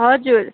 हजुर